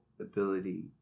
ability